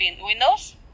windows